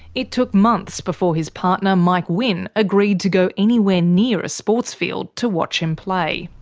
it took months before his partner mike winn agreed to go anywhere near a sports field to watch him play.